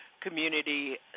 Community